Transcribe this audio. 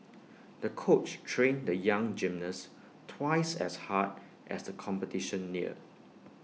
the coach trained the young gymnast twice as hard as the competition neared